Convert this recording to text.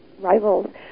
rivals